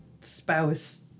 spouse